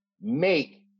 make